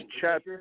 chat